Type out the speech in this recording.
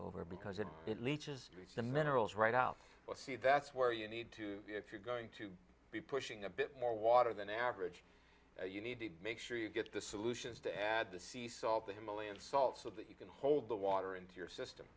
over because it it leaches the minerals right out see that's where you need to be if you're going to be pushing a bit more water than average you need to make sure you get the solution is to add the sea salt the himalayan salt so that you can hold the water into your system